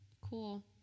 cool